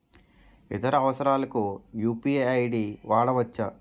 ఇతర అవసరాలకు UPI ID వాడవచ్చా?